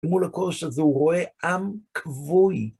מול הכורש הזה הוא רואה עם כבוי.